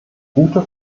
gute